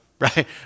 right